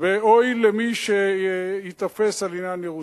ואוי למי שייתפס על עניין ירושלים.